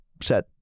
set